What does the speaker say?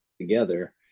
together